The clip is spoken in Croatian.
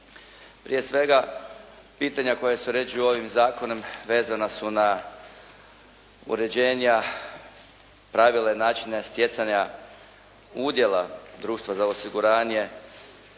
Prije svega, pitanja koja se uređuju ovim zakonom vezana su na uređenja pravila i načina stjecanja udjela društva za osiguranje